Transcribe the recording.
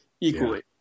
equally